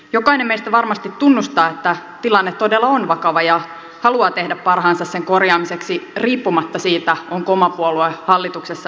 jokainen meistä varmasti tunnustaa että tilanne todella on vakava ja haluaa tehdä parhaansa sen korjaamiseksi riippumatta siitä onko oma puolue hallituksessa vai oppositiossa